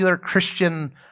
Christian